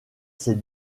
ses